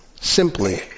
simply